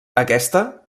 aquesta